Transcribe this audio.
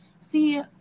see